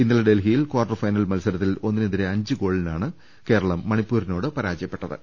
ഇന്നലെ ഡൽഹിയിൽ quarter final മത്സരത്തിൽ ഒന്നിനെതിരെ അഞ്ച് ഗോളിനാ ണ് കേരളം മണിപ്പൂരിനോട് പരാജയപ്പെട്ടത്